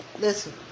Listen